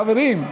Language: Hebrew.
חברים?